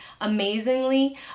amazingly